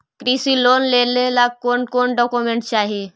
कृषि लोन लेने ला कोन कोन डोकोमेंट चाही?